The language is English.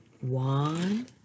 one